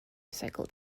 cycled